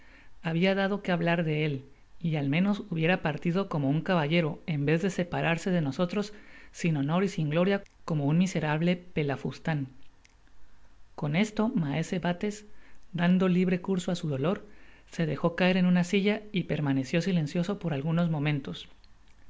habia dado que hablar de él y al menos hubiera partido como un caballero en vez de separarse de nosotros sin honor y sin gloria como un miserable pelafustan con esto maese bates dando libre curso á su dolor se dejo caer en una silla y permaneció silencioso por algunos momentos